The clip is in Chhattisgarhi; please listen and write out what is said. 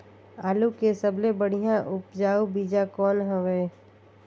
आलू के सबले बढ़िया उपजाऊ बीजा कौन हवय?